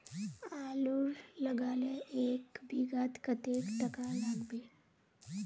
आलूर लगाले एक बिघात कतेक टका लागबे?